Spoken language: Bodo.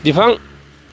बिफां